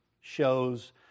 shows